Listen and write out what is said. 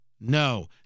no